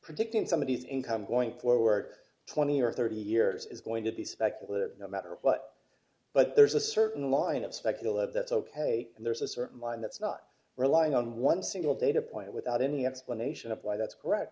predicting some of these income going forward twenty or thirty years is going to be speculative no matter what but there's a certain line of speculative that's ok busy ready and there's a certain line that's not relying on one single data point without any explanation of why that's correct